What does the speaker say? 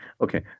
Okay